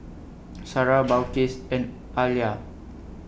Sarah Balqis and Alya